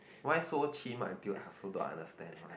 why so chim until I also don't understand one